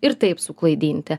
ir taip suklaidinti